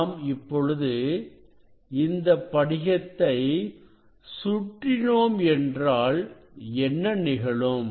நாம் இப்பொழுது இந்தப் படிகத்தை சுற்றினோம் என்றாள் என்ன நிகழும்